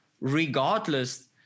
regardless